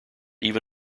even